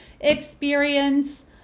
experience